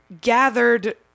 gathered